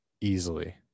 Easily